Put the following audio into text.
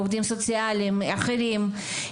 עובדים סוציאליים ואחרים,